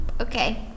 Okay